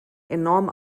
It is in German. enorm